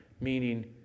meaning